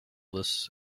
this